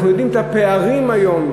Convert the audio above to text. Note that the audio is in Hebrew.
אנחנו יודעים מה הפערים היום,